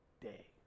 day